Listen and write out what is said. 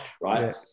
right